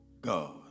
God